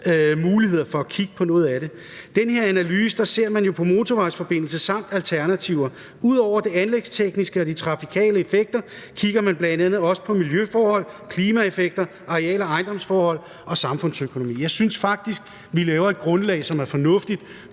mulighederne for at kigge på noget af det. I den her analyse ser man jo på motorvejsforbindelser og alternativer. Ud over de anlægstekniske og de trafikale effekter kigger man bl.a. også på miljøforhold, klimaeffekter, areal- og ejendomsforhold og samfundsøkonomi. Jeg synes faktisk, vi laver et grundlag, som er fornuftigt